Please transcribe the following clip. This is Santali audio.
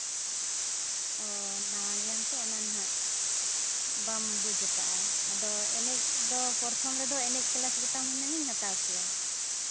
ᱚᱸᱻ ᱱᱟᱣᱟ ᱜᱮᱭᱟᱢ ᱛᱚ ᱚᱱᱟᱜᱮ ᱦᱟᱸᱜ ᱵᱟᱢ ᱵᱩᱡᱽ ᱠᱟᱜᱼᱟ ᱟᱫᱚ ᱮᱱᱮᱡ ᱫᱚ ᱯᱨᱚᱛᱷᱚᱢ ᱨᱮᱫᱚ ᱮᱱᱮᱡ ᱠᱞᱟᱥ ᱜᱮ ᱛᱟᱵᱚᱱᱟᱧ ᱦᱟᱛᱟᱣ ᱠᱮᱭᱟ